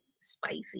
Spicy